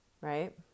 right